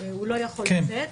לא יכול לצאת,